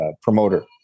promoter